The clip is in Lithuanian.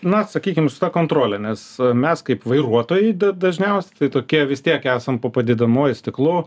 na sakykim su ta kontrole nes mes kaip vairuotojai dažniausiai tai tokie vis tiek esam po padidinamuoju stiklu